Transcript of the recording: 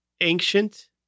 ancient